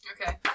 Okay